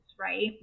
right